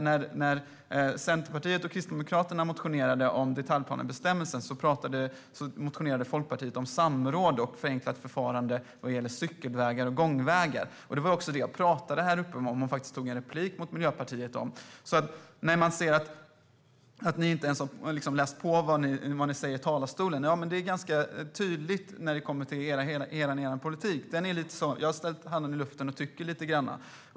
När Centerpartiet och Kristdemokraterna motionerade om detaljplanebestämmelsen motionerade Folkpartiet om samråd och förenklat förfarande vad gäller cykelvägar och gångvägar. Det var också det jag talade om i mitt anförande och i en replik mot Miljöpartiet. Du har inte ens läst på om det du säger i talarstolen. Det är ganska talande för hela er politik. Den fungerar lite som att ni sätter upp ett finger i luften och tycker lite.